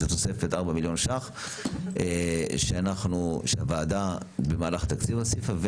זה תוספת 4 מיליון ש"ח שהוועדה במהלך התקציב הוסיפה.